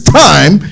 time